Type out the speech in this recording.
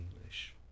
English